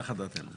נחה דעתי.